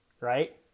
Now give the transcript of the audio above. right